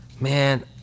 Man